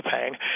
paying